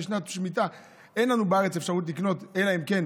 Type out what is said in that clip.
בשנת שמיטה אין לנו אפשרות לקנות בארץ,